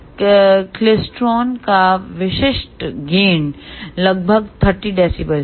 इन klystron का विशिष्ट gain लगभग 30 DB है